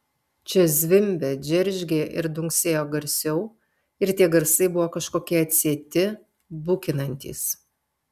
čia zvimbė džeržgė ir dunksėjo garsiau ir tie garsai buvo kažkokie atsieti bukinantys